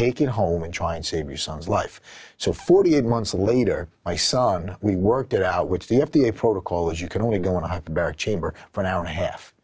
it home and try and save your son's life so forty eight months later my son we worked it out which the f d a protocol is you can only going to bear a chamber for an hour and a half